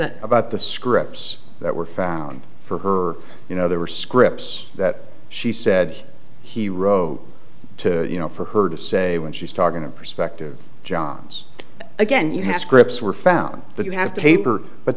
that about the scripts that were found for her you know there were scripts that she said he wrote to you know for her to say when she's talking to prospective johns again you have scripts were found but you have to paper but